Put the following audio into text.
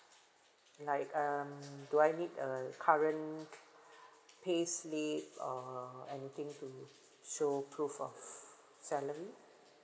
like um do I need a current payslip or anything to show proof of salary